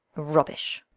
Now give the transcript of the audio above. rubbish!